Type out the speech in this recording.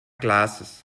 glasses